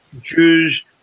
Jews